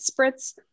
spritz